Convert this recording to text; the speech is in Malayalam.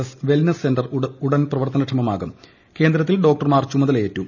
എസ് വെൽനസ് സെന്റർ ഉടൻ പ്രവർത്തനക്ഷമമാകും കേന്ദ്രത്തിൽ ഡോക്ടർമാർ ചുമതലയേറ്റു